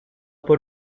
por